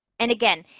and, again,